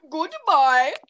Goodbye